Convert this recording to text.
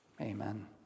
Amen